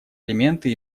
элементы